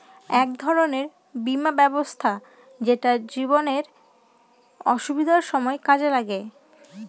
এক ধরনের বীমা ব্যবস্থা যেটা জীবনে অসুবিধার সময় কাজে লাগে